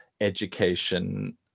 education